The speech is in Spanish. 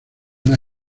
una